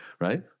Right